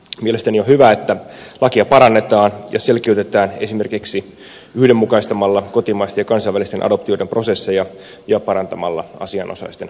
mielestäni on hyvä että lakia parannetaan ja selkiytetään esimerkiksi yhdenmukaistamalla kotimaisten ja kansainvälisten adoptioiden prosesseja ja parantamalla asianosaisten oikeusturvaa